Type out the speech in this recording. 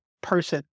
person